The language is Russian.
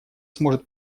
сможет